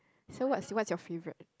so what's what's your favourite